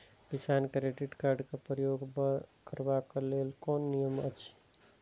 किसान credit card क प्रयोग करबाक लेल कोन नियम अछि?